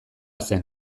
zen